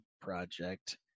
Project